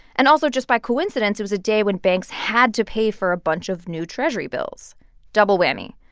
and also, just by coincidence, it was a day when banks had to pay for a bunch of new treasury bills double whammy.